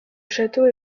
château